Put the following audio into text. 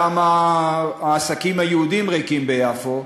גם העסקים היהודיים ריקים ביפו,